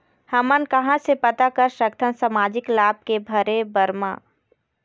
हमन कहां से पता कर सकथन सामाजिक लाभ के भरे बर मा?